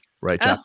right